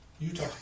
Utah